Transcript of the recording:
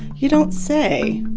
you don't say!